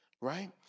right